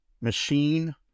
machine